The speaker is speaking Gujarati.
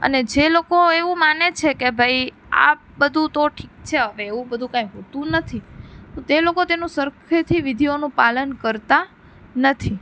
અને જે લોકો એવું માને છે કે ભાઈ આ બધું તો ઠીક છે હવે એવું બધું કાંઈ હોતું નથી તે લોકો તેનું સરખેથી વિધિઓનું પાલન કરતા નથી